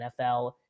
nfl